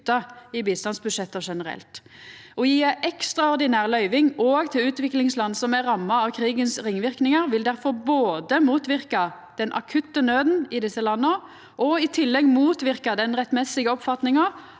i bistandsbudsjetta generelt. Å gje ei ekstraordinær løyving òg til utviklingsland som er ramma av ringverknadene av krigen, vil difor både motverka den akutte nauda i desse landa og i tillegg motverka den rettmessige oppfatninga